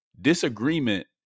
disagreement